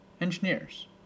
engineers